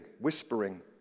whispering